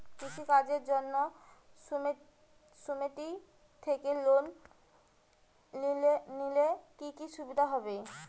কৃষি কাজের জন্য সুমেতি থেকে লোন নিলে কি কি সুবিধা হবে?